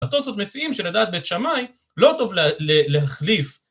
הטוסות מציעים שלדעת בית שמי לא טוב להחליף